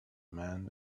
man